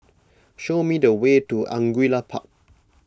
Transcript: show me the way to Angullia Park